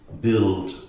build